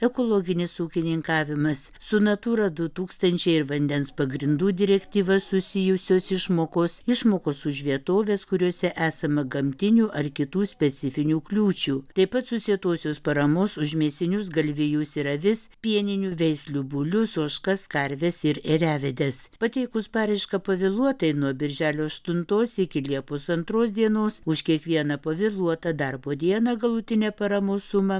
ekologinis ūkininkavimas su natura du tūkstančiai ir vandens pagrindų direktyva susijusios išmokos išmokos už vietoves kuriose esama gamtinių ar kitų specifinių kliūčių taip pat susietosios paramos už mėsinius galvijus ir avis pieninių veislių bulius ožkas karves ir ėriavedes pateikus paraišką pavėluotai nuo birželio aštuntos iki liepos antros dienos už kiekvieną pavėluotą darbo dieną galutinė paramos suma